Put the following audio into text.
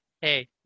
Hey